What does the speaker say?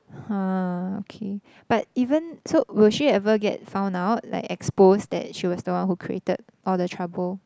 har okay but even so will she ever get found out like exposed that she was the one who created all the trouble